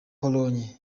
pologne